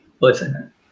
person